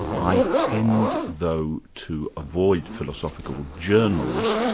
i tend though to avoid philosophical journals,